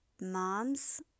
moms